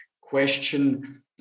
question